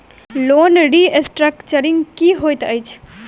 Loan restructuring की होइत अछि?